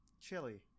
chili